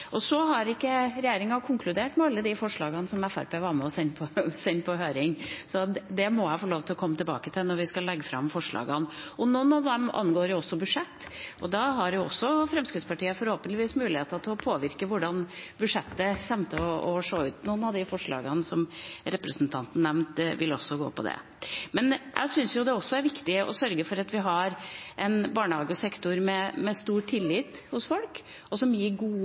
Så har ikke regjeringa konkludert når det gjelder alle de forslagene som Fremskrittspartiet var med på å sende på høring, så det må jeg få lov til å komme tilbake til når vi skal legge fram forslagene. Noen av dem angår også budsjett, og da har jo Fremskrittspartiet forhåpentligvis mulighet til å påvirke hvordan budsjettet kommer til å se ut. Noen av de forslagene som representanten nevnte, vil også gå på det. Jeg syns også det er viktig å sørge for at vi har en barnehagesektor med stor tillit hos folk, som gir god kvalitet, og som